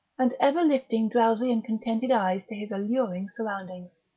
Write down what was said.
and ever lifting drowsy and contented eyes to his alluring surroundings.